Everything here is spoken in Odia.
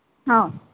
ହଁ